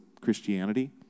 Christianity